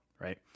right